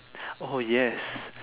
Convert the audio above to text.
oh yes